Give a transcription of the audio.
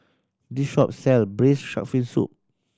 this shop sell Braised Shark Fin Soup